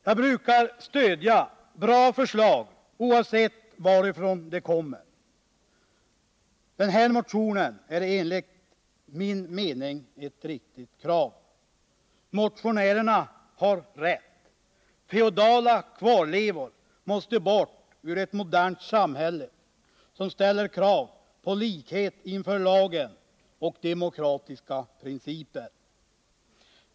Jag brukar stödja bra förslag, oavsett varifrån de kommer. Det krav som framförs i motion 977 är enligt min mening riktigt. Motionärerna har rätt: feodala kvarlevor måste bort ur ett modernt samhälle som ställer krav på likhet inför lagen och demokratiska principer.